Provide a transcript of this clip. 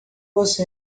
você